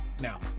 Now